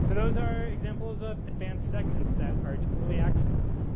so those are examples of advanced segments that are totally actionable.